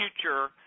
future